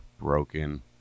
broken